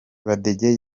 badege